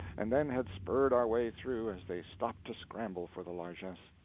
and then had spurred our way through as they stopped to scramble for the largess.